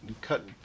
cut